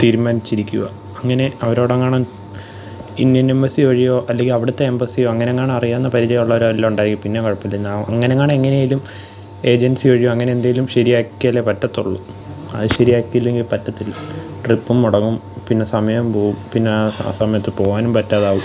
തീരുമാനിച്ചിരിക്കുകയാ അങ്ങനെ അവരോടെങ്ങാനും Indian embassy വഴിയോ അല്ലെങ്കിൽ അവിടുത്തെ എംബസ്സിയോ അങ്ങനെയെങ്ങാനും അറിയാവുന്ന പരിചയമുള്ളവരോ വല്ലതും ഉണ്ടായെങ്കിൽ പിന്നേയും കുഴപ്പമില്ല അങ്ങനെയെങ്ങാനും എങ്ങനേലും ഏജൻസി വഴിയോ അങ്ങനെയെന്തെങ്കിലും ശരിയാക്കിയാലേ പറ്റത്തുളളൂ അത് ശരിയാക്കിയില്ലെങ്കിൽ പറ്റത്തില്ല ട്രിപ്പും മുടങ്ങും പിന്നെ സമയം പോവും പിന്നെ ആ ആ സമയത്ത് പോവാനും പറ്റാതാവും